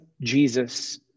Jesus